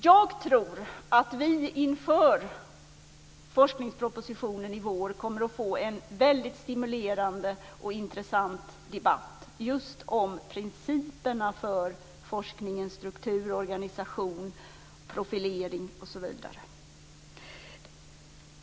Jag tror att vi inför forskningspropositionen i vår kommer att få en väldigt stimulerande och intressant debatt just om principerna för forskningens struktur, organisation, profilering osv.